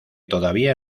todavía